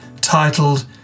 titled